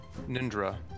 Nindra